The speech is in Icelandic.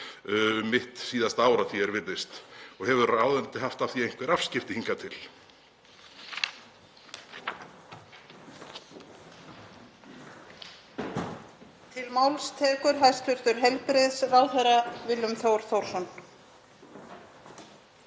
mitt síðasta ár, að því er virðist, og hefur ráðuneytið haft af því einhver afskipti hingað til?